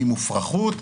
ממופרכות,